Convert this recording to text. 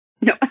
No